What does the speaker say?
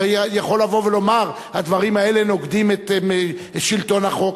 הרי יכול לבוא ולומר: הדברים האלה נוגדים את שלטון החוק.